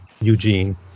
Eugene